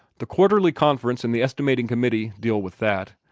the quarterly conference and the estimating committee deal with that.